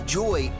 joy